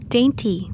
Dainty